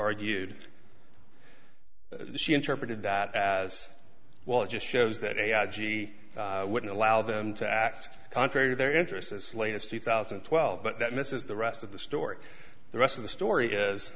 argued she interpreted that as well it just shows that a gee wouldn't allow them to act contrary to their interests as late as two thousand and twelve but that misses the rest of the story the rest of the story is